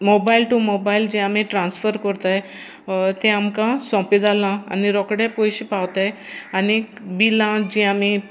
mobile to mobile जे आमी transfer करतात तें आमकां सोंपे जालां आनी रोकडे पयशे पावतात आनीक बिलां जीं आमी